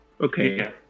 okay